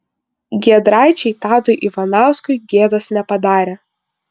giedraičiai tadui ivanauskui gėdos nepadarė